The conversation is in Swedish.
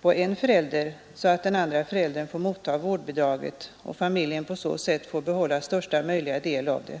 på en förälder, så att den andra föräldern får mottaga vårdbidraget och familjen på så sätt får behålla största möjliga del av det.